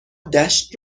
دشت